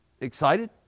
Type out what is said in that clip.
excited